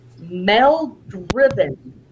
Male-driven